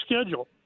schedule